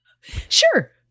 Sure